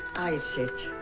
i sit